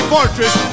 Fortress